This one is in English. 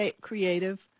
creative